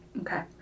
Okay